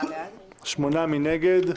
מי נגד?